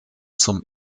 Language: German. zum